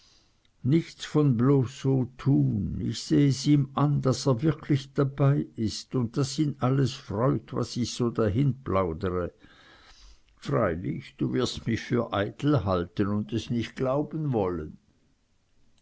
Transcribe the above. nichts von bloß so tun ich seh es ihm an daß er wirklich dabei ist und daß ihn alles freut was ich da so hinplaudere freilich du wirst mich für eitel halten und es nicht glauben wollen